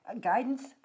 guidance